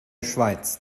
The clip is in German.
schweiz